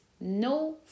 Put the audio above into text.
no